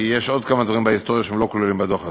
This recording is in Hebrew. כי יש עוד כמה דברים בהיסטוריה שלא כלולים בדוח הזה.